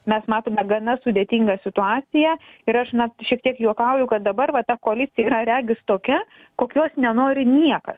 mes matome gana sudėtingą situaciją ir aš na šiek tiek juokauju kad dabar va ta koalicija yra regis tokia kokios nenori niekas